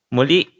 Muli